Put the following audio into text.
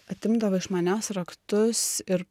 atimdavo iš manęs raktus ir